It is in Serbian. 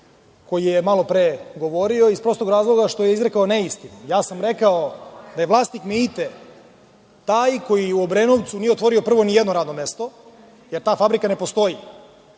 koji je malopre govorio, iz prostog razloga što je izrekao neistine. Ja sam rekao da je vlasnik „Meite“ taj koji u Obrenovcu nije otvorio prvo nijedno radno mesto, jer ta fabrika ne postoji. Onog